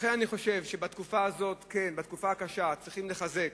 לכן, אני חושב שבתקופה הקשה הזאת צריכים לחזק